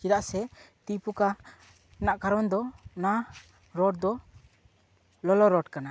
ᱪᱮᱫᱟᱜ ᱥᱮ ᱛᱤ ᱯᱷᱚᱠᱟ ᱨᱮᱱᱟᱜ ᱠᱟᱨᱚᱱ ᱫᱚ ᱚᱱᱟ ᱨᱚᱰ ᱫ ᱞᱚᱞᱚ ᱨᱚᱰ ᱠᱟᱱᱟ